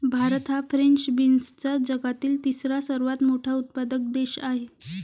भारत हा फ्रेंच बीन्सचा जगातील तिसरा सर्वात मोठा उत्पादक देश आहे